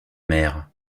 mère